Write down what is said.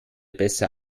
besser